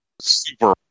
super